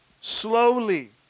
slowly